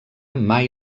mai